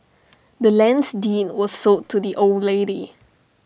the land's deed was sold to the old lady